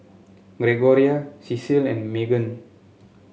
Gregoria Cecile and Magan